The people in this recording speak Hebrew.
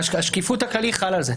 סעיף השקיפות הכללי חל על זה.